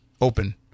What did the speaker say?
open